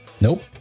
Nope